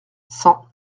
cent